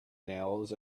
nails